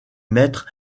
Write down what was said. maîtres